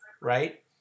right